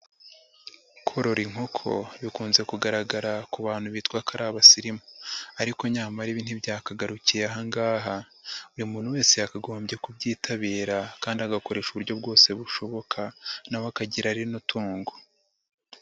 Korora inkoko bikunze kugaragara ku bantu bitwa ko ari abasirimu, ariko nyamara ibi ntibyakagarukiye aha ngaha buri muntu wese yakagombye kubyitabira kandi agakoresha uburyo bwose bushoboka na we akagira rino tungo.